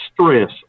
stress